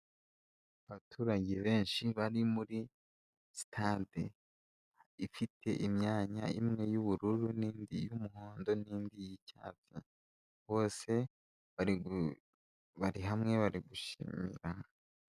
Abaturage benshi bari muri sitade ifite imyanya imwe y'ubururu n'indiy'umuhondo n'indi y'icyatsi, bose bari hamwe bari gushimirana.